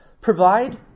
Provide